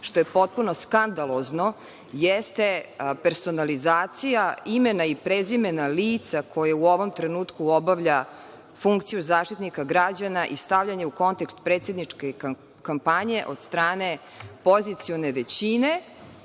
što je potpuno skandalozno, jeste personalizacija imena i prezimena lica koje u ovom trenutku obavlja funkciju Zaštitnika građana i stavljanje u kontekst predsedničke kampanje od strane pozicione većine